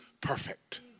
perfect